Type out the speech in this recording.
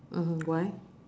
mmhmm why